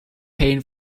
pain